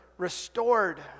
Restored